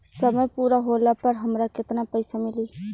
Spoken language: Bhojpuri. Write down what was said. समय पूरा होला पर हमरा केतना पइसा मिली?